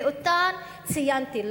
שאותן ציינתי,